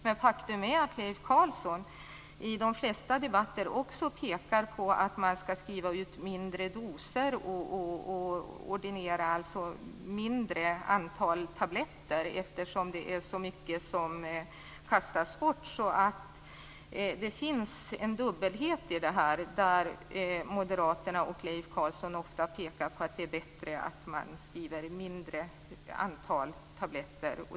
Men faktum är att Leif Carlson i de flesta debatter också pekar på att det skall skrivas ut mindre doser och ordineras ett mindre antal tabletter eftersom det är så mycket som kastas bort. Det finns en dubbelhet i det här. Moderaterna och Leif Carlson pekar ju ofta på att det är bättre att skriva ut ett mindre antal tabletter.